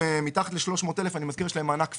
מתחת ל-300,000 שקל יש להם מענק פיקס.